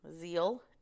Zeal